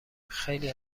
خیلی